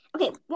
Okay